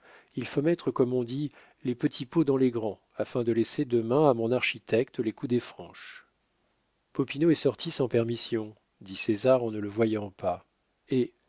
il faut mettre comme on dit les petits pots dans les grands afin de laisser demain à mon architecte les coudées franches popinot est sorti sans permission dit césar en ne le voyant pas eh